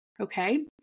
okay